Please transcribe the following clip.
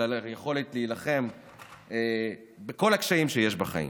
של היכולת להילחם בכל הקשיים שיש בחיים.